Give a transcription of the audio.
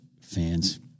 fans